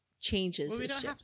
changes